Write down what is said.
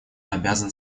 обязан